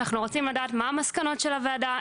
אנחנו מבקשים לדעת מהן מסקנות הוועדה?